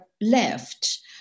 left